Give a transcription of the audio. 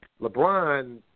LeBron